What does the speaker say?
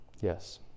Yes